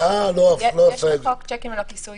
יש בחוק שיקים ללא כיסוי